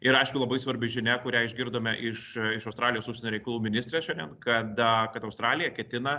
ir aišku labai svarbi žinia kurią išgirdome iš iš australijos užsienio reikalų ministrės šiandien kad kad australija ketina